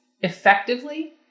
effectively